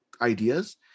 ideas